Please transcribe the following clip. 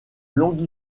longue